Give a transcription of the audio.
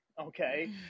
Okay